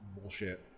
bullshit